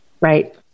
Right